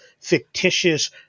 fictitious